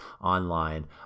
online